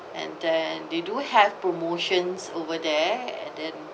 and then they do have promotions over there and then